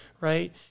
right